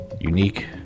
unique